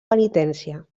penitència